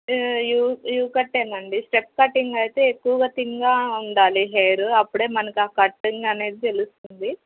you U cut అండి step cutting అయితే ఎక్కువగా థిన్గా ఉండాలి హెయిర్ అప్పుడే మనకు ఆ కటింగ్ అనేది తెలుస్తుంది